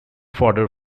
fodder